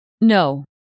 No